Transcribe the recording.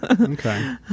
okay